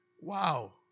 Wow